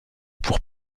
pour